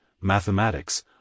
mathematics